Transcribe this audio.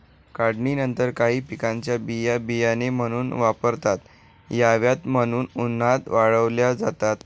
काढणीनंतर काही पिकांच्या बिया बियाणे म्हणून वापरता याव्यात म्हणून उन्हात वाळवल्या जातात